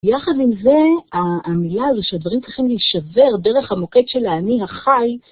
יחד עם זה, המילה שהדברים צריכים להישבר דרך המוקד של האני החי